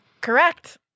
Correct